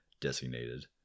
designated